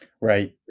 Right